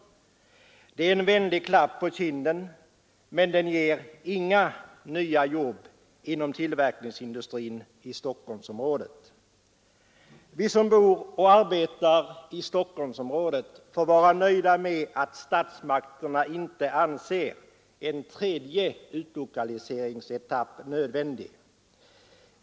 Det är en vänlig klapp på kinden, men den ger inga nya jobb inom tillverkningsindustrin i Stockholmsområdet. Vi som bor och arbetar i Stockholmsområdet får vara nöjda med att statsmakterna inte anser att en tredje utflyttningsetapp är nödvändig.